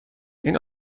این